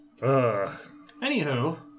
Anywho